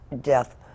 death